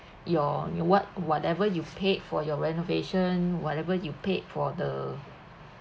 your you what whatever you paid for your renovation whatever you paid for the